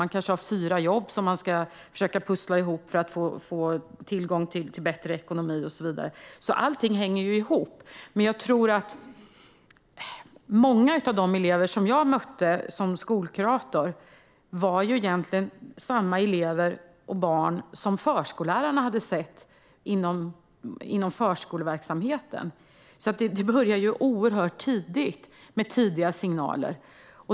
Man har kanske fyra jobb som man ska försöka pussla ihop för att få en bättre ekonomi och så vidare. Allt hänger ihop. Många av de elever som jag mötte som skolkurator var egentligen samma elever och barn som förskollärarna hade sett inom förskoleverksamheten. Signalerna kommer alltså oerhört tidigt.